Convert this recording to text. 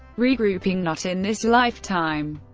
regrouping, not in this lifetime.